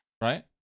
Right